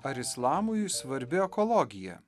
ar islamui svarbi ekologija